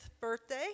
birthday